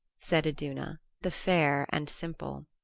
said iduna, the fair and simple.